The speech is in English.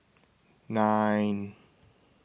nine